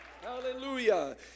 Hallelujah